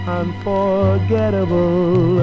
unforgettable